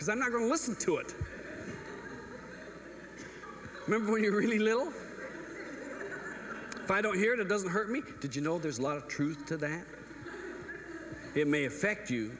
because i'm not going to listen to it remember when you really little if i don't hear it it doesn't hurt me did you know there's a lot of truth to that it may affect you